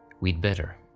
we'd better.